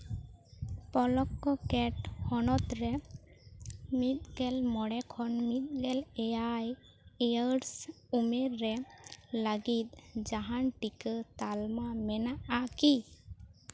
ᱯᱚᱞᱞᱚᱠᱠᱚ ᱠᱮᱴ ᱦᱚᱱᱚᱛ ᱨᱮ ᱢᱤᱫ ᱜᱮᱞ ᱢᱚᱬᱮ ᱠᱷᱚᱱ ᱢᱤᱫᱜᱮᱞ ᱮᱭᱟᱭ ᱮᱭᱟᱹᱨᱥ ᱩᱢᱮᱨ ᱨᱮ ᱞᱟᱹᱜᱤᱫ ᱡᱟᱦᱟᱱ ᱴᱤᱠᱟᱹ ᱛᱟᱞᱢᱟ ᱢᱮᱱᱟᱜᱼᱟ